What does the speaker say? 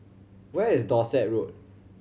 where is Dorset Road